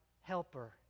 helper